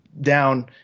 down